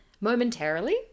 Momentarily